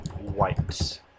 wipes